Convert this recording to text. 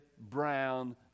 brown